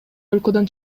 өлкөдөн